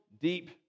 deep